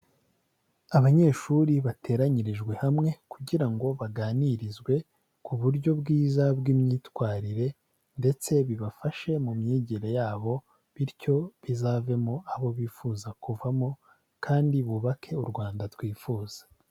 Abanyeshuri bateranyirijwe hamwe kugira ngo baganirizwe ku buryo bwiza bw'imyitwarire, ndetse bibafashe mu myigire yabo, bityo bizavemo abo bifuza kuvamo, kandi bubake u Rwanda twifuza.